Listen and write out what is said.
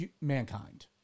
mankind